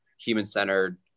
human-centered